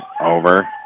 over